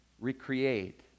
recreate